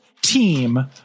team